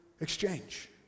exchange